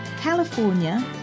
California